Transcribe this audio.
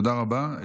תודה רבה.